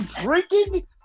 drinking